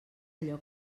allò